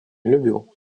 любил